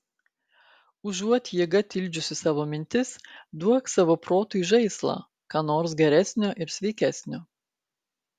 užuot jėga tildžiusi savo mintis duok savo protui žaislą ką nors geresnio ir sveikesnio